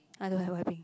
I don't like wiping